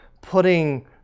putting